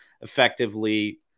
effectively